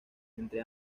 entre